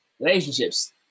relationships